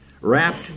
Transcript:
wrapped